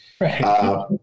Right